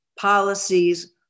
policies